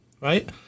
right